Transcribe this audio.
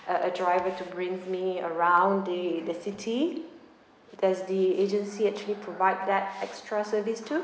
a a driver to bring me around the the city does the agency actually provide that extra service too